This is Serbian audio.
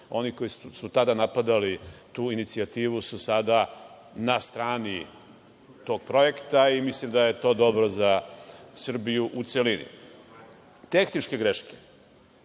onih koji su tada napadali tu inicijativu su sada na strani tog projekta. Mislim da je to dobro za Srbiju u celini. Tehničke greške